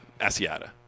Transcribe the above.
Asiata